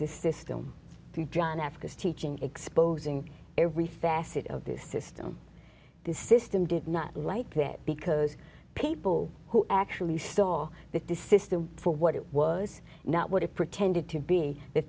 this system through john africa's teaching exposing everything assett of this system this system did not like that because people who actually saw that the system for what it was not what it pretended to be the